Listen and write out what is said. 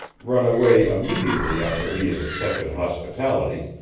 run away immediately after he has accepted hospitality,